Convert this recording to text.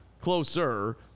closer